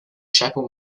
chapel